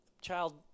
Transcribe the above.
child